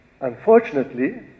unfortunately